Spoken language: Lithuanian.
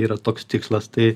yra toks tikslas tai